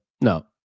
No